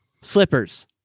Slippers